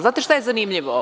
Znate li šta je zanimljivo?